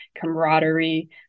camaraderie